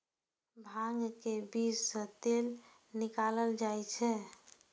भांग के बीज सं तेल निकालल जाइ छै